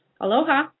Aloha